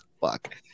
Fuck